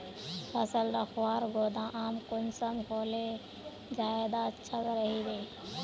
फसल रखवार गोदाम कुंसम होले ज्यादा अच्छा रहिबे?